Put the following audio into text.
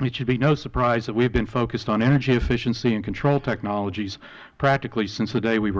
it should be no surprise that we have been focused on energy efficiency and control technologies practically since the day we were